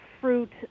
fruit